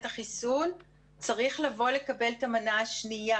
החיסון צריך לבוא לקבל את המנה השנייה,